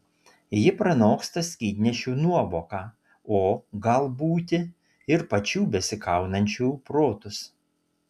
ji pranoksta skydnešių nuovoką o gal būti ir pačių besikaunančių protus